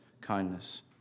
kindness